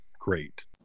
great